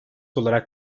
olarak